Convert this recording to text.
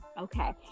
Okay